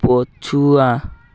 ପଛୁଆ